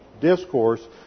discourse